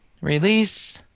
Release